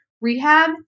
rehab